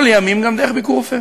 או לימים גם דרך "ביקורופא".